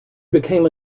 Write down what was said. became